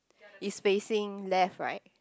is facing left right